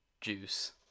juice